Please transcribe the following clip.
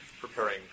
preparing